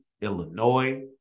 Illinois